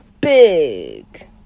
big